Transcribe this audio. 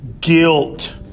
guilt